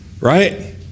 Right